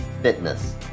fitness